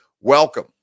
Welcome